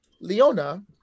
Leona